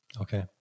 Okay